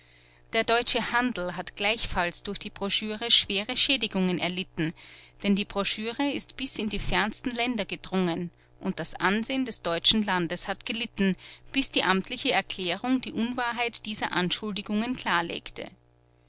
der deutsche handel hat gleichfalls durch die broschüre schwere schädigungen erlitten denn die broschüre ist bis in die fernsten länder gedrungen und das ansehen des deutschen landes hat gelitten bis die amtliche erklärung die unwahrheit dieser anschuldigungen